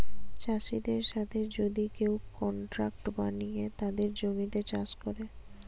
চাষিদের সাথে যদি কেউ কন্ট্রাক্ট বানিয়ে তাদের জমিতে চাষ করে